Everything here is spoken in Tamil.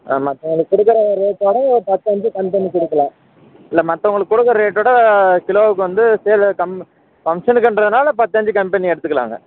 மற்றவங்களுக்கு கொடுக்கிற ரேட்டைவிட ஒரு பத்து அஞ்சு கம்மி பண்ணிக் கொடுக்கலாம் இல்லை மற்றவங்களுக்கு கொடுக்கிற ரேட்டை விட கிலோவுக்கு வந்து கிலோ கம் ஃபங்ஷனுக்குன்றதுனால் பத்து அஞ்சு கம்மி பண்ணி எடுத்துக்கலாங்க